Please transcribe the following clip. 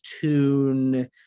tune